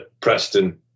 Preston